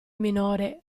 minore